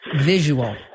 Visual